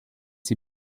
sie